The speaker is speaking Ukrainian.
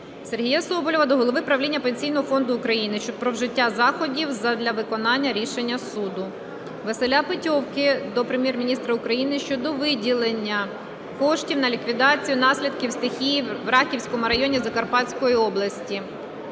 Сергія Соболєва до голови правління Пенсійного фонду України про вжиття заходів задля виконання рішення суду. Василя Петьовки до Прем'єр-міністра України щодо виділення коштів на ліквідацію наслідків стихії у Рахівському районі Закарпатської області.